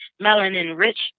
melanin-rich